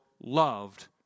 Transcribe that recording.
loved